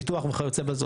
ביטוח וכיו"ב.